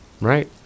right